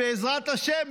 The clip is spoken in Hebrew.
בעזרת השם.